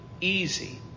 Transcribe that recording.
easy